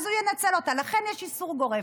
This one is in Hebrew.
אז הוא ינצל אותה, ולכן יש איסור גורף.